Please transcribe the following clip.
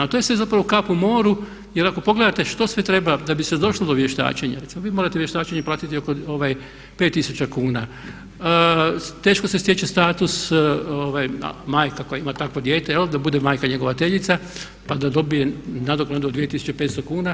A to je sve zapravo kap u moru jer ako pogledate što sve treba da bi se došlo do vještačenja, recimo vi morate vještačenje platiti oko 5000 kuna, teško se stječe status majka koja ima takvo dijete da bude majka njegovateljica pa da dobije naknadu od 2500 kuna.